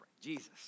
Jesus